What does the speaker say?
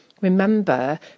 Remember